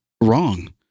wrong